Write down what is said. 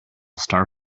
star